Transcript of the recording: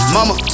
Mama